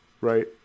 right